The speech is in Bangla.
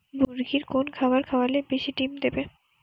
মুরগির কোন খাবার খাওয়ালে বেশি ডিম দেবে?